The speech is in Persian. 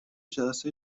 جلسه